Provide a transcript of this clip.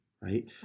right